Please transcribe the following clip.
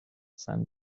san